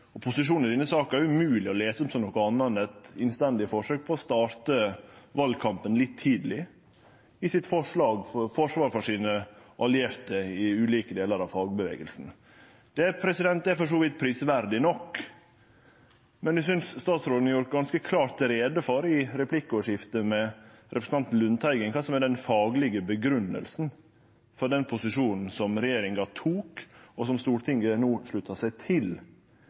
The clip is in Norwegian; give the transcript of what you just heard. og posisjon i denne saka er umogleg å lese som noko anna enn eit innstendig forsøk på å starte valkampen litt tidleg, i sitt forsvar for sine allierte i ulike delar av fagbevegelsen. Det er for så vidt prisverdig nok, men eg synest statsråden har gjort ganske klart greie for i replikkordskiftet med representanten Lundteigen kva som er den faglege grunngjevinga for den posisjonen regjeringa tok, og som Stortinget no sluttar seg til,